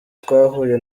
twahuye